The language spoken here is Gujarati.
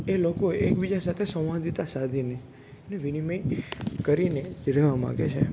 એ લોકો એકબીજા સાથે સંવાદિતા સાધીને ને વિનિમય કરીને રહેવા માંગે છે